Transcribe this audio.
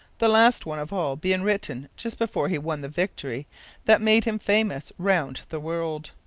the last one of all being written just before he won the victory that made him famous round the world.